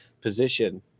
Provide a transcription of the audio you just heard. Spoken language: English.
position